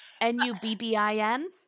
n-u-b-b-i-n